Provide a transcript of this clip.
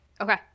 okay